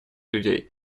людей